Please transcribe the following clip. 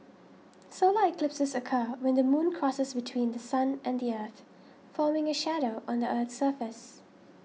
solar eclipses occur when the moon crosses between The Sun and the earth forming a shadow on the earth's surface